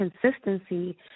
consistency